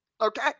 Okay